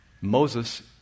Moses